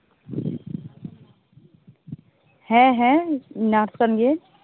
ᱦᱮᱸ ᱦᱮᱸ ᱱᱟᱨᱥ ᱠᱟᱱ ᱜᱤᱭᱟᱹᱧ